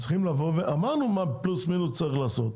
אמרנו מה בערך צריך לעשות.